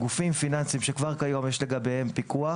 גופים פיננסיים שכבר כיום יש לגביהם פיקוח,